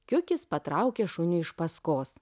kiukis patraukia šuniui iš paskos